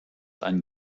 ein